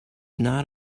not